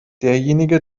derjenige